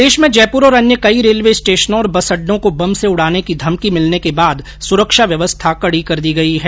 प्रदेश में जयपुर और अन्य कई रेलवे स्टेशनों और बस अड्डों को बम से उड़ाने की धमकी मिलने के बाद सुरक्षा व्यवस्था कड़ी कर दी गई हैं